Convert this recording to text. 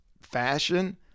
fashion